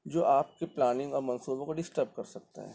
جو آپ کی پلاننگ اور منصوبوں کو ڈسٹرب کر سکتا ہے